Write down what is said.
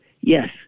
yes